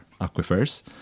aquifers